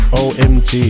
omg